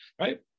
right